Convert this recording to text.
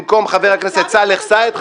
במקום חבר הכנסת סאלח סעד,